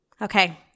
Okay